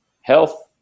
health